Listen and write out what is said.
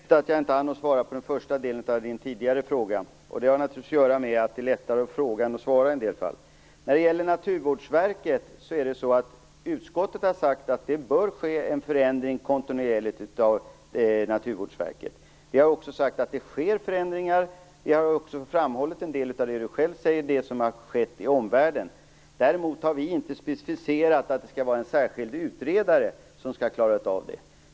Herr talman! Det är riktigt att jag inte hann svara på den första delen av Lennart Daléus fråga. Det har naturligtvis att göra med att det i en del fall är lättare att fråga än att svara. När det gäller Naturvårdsverket har utskottet sagt att det kontinuerligt bör ske en förändring av Naturvårdsverket. Vi har också sagt att det sker förändringar. Vi har framhållit en del av det som Lennart Daléus själv pekat på, nämligen det som har skett i omvärlden. Däremot har vi inte specificerat att en särskilt utredare skall klara detta.